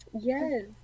Yes